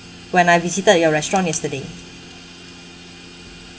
when I visited your restaurant yesterday